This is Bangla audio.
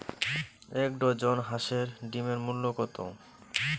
এক ডজন হাঁসের ডিমের মূল্য কত?